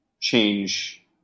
change